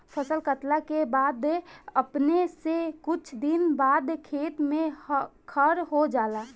फसल काटला के बाद अपने से कुछ दिन बाद खेत में खर हो जाला